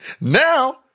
Now